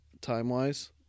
time-wise